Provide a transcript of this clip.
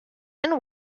and